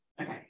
Okay